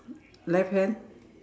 left hand